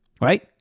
Right